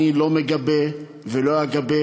אני לא מגבה ולא אגבה